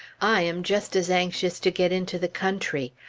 i am just as anxious to get into the country.